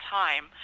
time